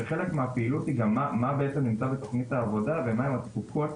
שחלק מהפעילות היא גם מה בעצם נמצא בתוכנית העבודה ומהן התפוקות